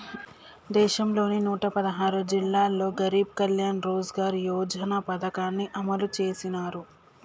దేశంలోని నూట పదహారు జిల్లాల్లో గరీబ్ కళ్యాణ్ రోజ్గార్ యోజన పథకాన్ని అమలు చేసినారు